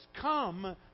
come